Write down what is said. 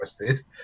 interested